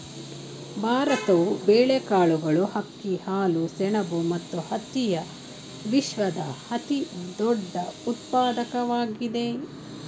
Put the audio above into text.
ಭಾರತವು ಬೇಳೆಕಾಳುಗಳು, ಅಕ್ಕಿ, ಹಾಲು, ಸೆಣಬು ಮತ್ತು ಹತ್ತಿಯ ವಿಶ್ವದ ಅತಿದೊಡ್ಡ ಉತ್ಪಾದಕವಾಗಿದೆ